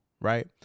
Right